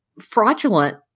fraudulent